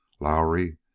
Lowry